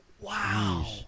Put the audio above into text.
Wow